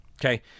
Okay